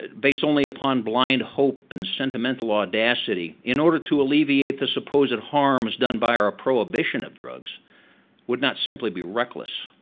based only upon blind hope and sentimental audacity in order to alleviate the supposed harms done by our prohibition of drugs would not simply be reckless,